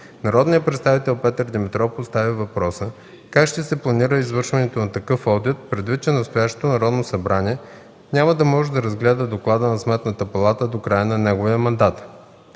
Народният представител Петър Димитров постави въпроса как ще се планира извършването на такъв одит, предвид че настоящото Народно събрание няма да може да разгледа доклада на Сметната палата до края на неговия мандат.